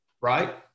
Right